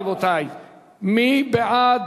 רבותי, מי בעד?